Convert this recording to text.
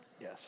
Yes